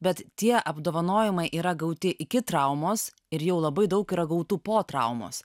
bet tie apdovanojimai yra gauti iki traumos ir jau labai daug yra gautų po traumos